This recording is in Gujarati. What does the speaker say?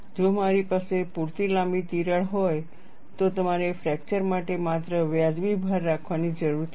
જો મારી પાસે પૂરતી લાંબી તિરાડ હોય તો તમારે ફ્રૅક્ચર માટે માત્ર વાજબી ભાર રાખવાની જરૂર છે